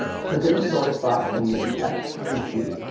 click in the source box and use the f three key,